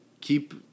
Keep